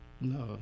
No